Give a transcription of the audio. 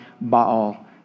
Baal